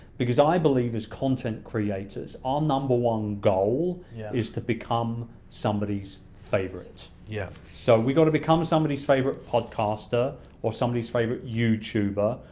because i believe as content creators, our number one goal yeah is to become somebody's favorite. yep. so we've gotta become somebody's favorite podcaster or somebody's favorite youtuber,